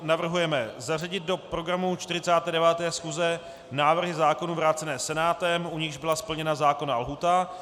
Navrhujeme zařadit do programu 49. schůze návrhy zákonů vrácené Senátem, u nichž byla splněna zákonná lhůta.